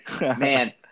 Man